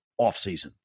offseason